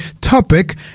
topic